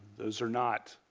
those are not.